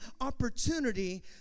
opportunity